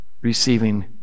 Receiving